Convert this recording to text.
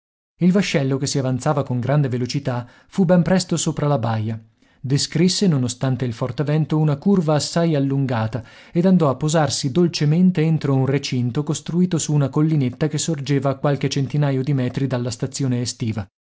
il vascello che si avanzava con grande velocità fu ben presto sopra la baia descrisse nonostante il forte vento una curva assai allungata ed andò a posarsi dolcemente entro un recinto costruito su una collinetta che sorgeva a qualche centinaio di metri dalla stazione estiva